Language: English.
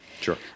Sure